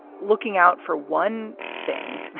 looking out for one thing,